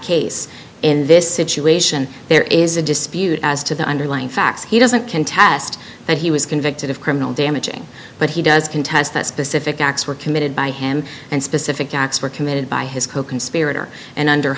case in this situation there is a dispute as to the underlying facts he doesn't contest that he was convicted of criminal damaging but he does contest that specific acts were committed by him and specific acts were committed by his coconspirator and under